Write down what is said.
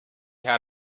had